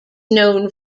known